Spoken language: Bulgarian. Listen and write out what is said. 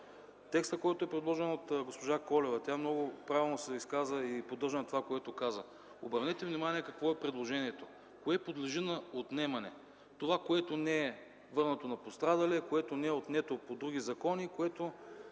текстът, който е предложен от госпожа Колева. Тя много правилно се изказа и поддържам това, което каза. Обърнете внимание какво е предложението: кое подлежи на отнемане? Това, което не е върнато на пострадалия, което не е отнето по други закони,